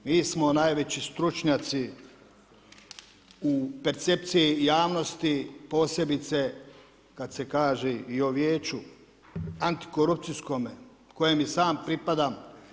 Mi smo najveći stručnjaci u percepciji javnosti, posebice kad se kaže i o Vijeću antikorupcijskome kojem i sam pripadam.